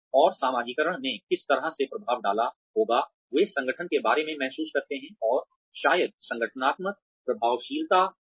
और समाजीकरण ने किस तरह से प्रभाव डाला होगा वे संगठन के बारे में महसूस करते हैं और शायद संगठनात्मक प्रभावशीलता भी